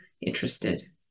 interested